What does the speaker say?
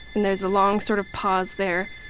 and there's a long sort of pause there.